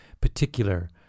particular